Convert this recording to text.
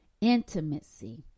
Intimacy